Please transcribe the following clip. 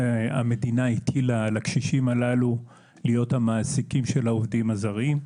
המדינה הטילה על הקשישים הללו להיות המעסיקים של העובדים הזרים.